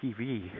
TV